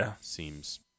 seems